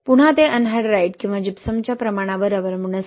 पुन्हा ते एनहायड्रेट किंवा जिप्समच्या प्रमाणावर अवलंबून असेल